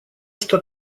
что